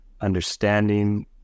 understanding